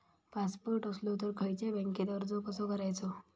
Passport असलो तर खयच्या बँकेत अर्ज कसो करायचो?